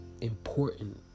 important